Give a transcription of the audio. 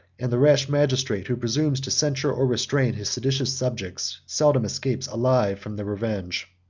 and the rash magistrate, who presumes to censure or restrain his seditious subjects, seldom escapes alive from their revenge.